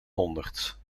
honderd